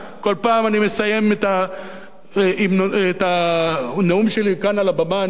כל פעם אני מסיים את הנאום שלי כאן על הבמה ואני אומר,